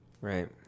Right